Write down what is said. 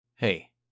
hey